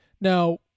Now